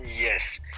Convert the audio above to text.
Yes